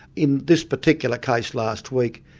in this particular case last week,